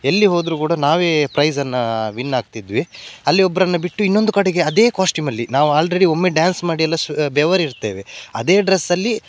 ಎಲ್ಲಿ ಹೋದರು ಕೂಡ ನಾವೇ ಪ್ರೈಝನ್ನು ವಿನ್ ಆಗ್ತಿದ್ವಿ ಅಲ್ಲಿ ಒಬ್ರನ್ನು ಬಿಟ್ಟು ಇನ್ನೊಂದು ಕಡೆಗೆ ಅದೇ ಕಾಸ್ಟ್ಯೂಮಲ್ಲಿ ನಾವು ಆಲ್ರೆಡಿ ಒಮ್ಮೆ ಡ್ಯಾನ್ಸ್ ಮಾಡಿ ಎಲ್ಲ ಬೆವರಿರ್ತೇವೆ ಅದೇ ಡ್ರೆಸ್ಸಲ್ಲಿ